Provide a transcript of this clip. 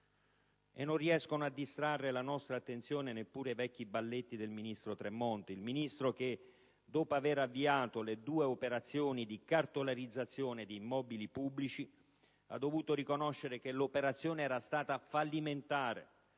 Non riescono a distrarre la nostra attenzione neppure i vecchi balletti del ministro Tremonti che, dopo avere avviato le due operazioni di cartolarizzazione di immobili pubblici, ha dovuto riconoscere che l'operazione era stata fallimentare